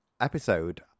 episode